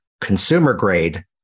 consumer-grade